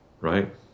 Right